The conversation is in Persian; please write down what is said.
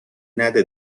نده